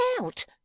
out